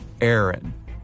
Aaron